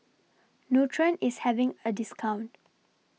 Nutren IS having A discount